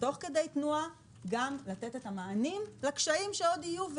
ותוך כדי תנועה גם לתת מענים לקשיים שעוד יהיו.